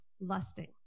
lusting